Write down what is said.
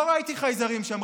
לא ראיתי חייזרים שם,